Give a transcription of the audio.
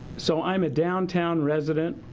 so i'm a downtown resident,